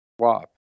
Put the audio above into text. swap